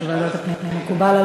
מקובל על